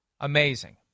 amazing